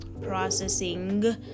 processing